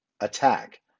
attack